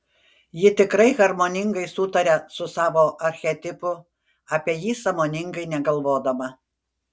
ji tikrai harmoningai sutaria su savo archetipu apie jį sąmoningai negalvodama